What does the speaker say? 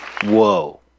Whoa